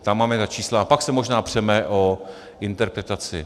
Tam máme ta čísla a pak se možná přeme o interpretaci.